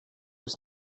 it’s